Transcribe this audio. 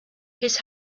his